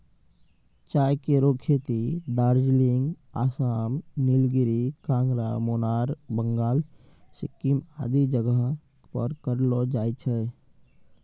चाय केरो खेती दार्जिलिंग, आसाम, नीलगिरी, कांगड़ा, मुनार, बंगाल, सिक्किम आदि जगह पर करलो जाय छै